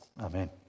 Amen